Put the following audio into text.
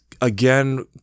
again